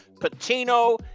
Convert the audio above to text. Patino